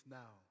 now